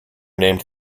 named